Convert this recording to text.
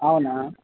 అవునా